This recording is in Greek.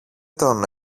τον